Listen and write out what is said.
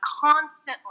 constantly